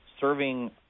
serving